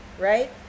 Right